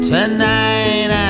Tonight